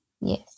Yes